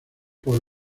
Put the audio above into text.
por